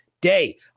day